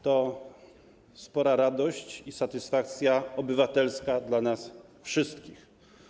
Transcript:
To spora radość i satysfakcja obywatelska dla nas wszystkich.